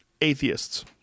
atheists